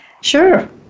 Sure